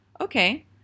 Okay